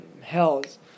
hells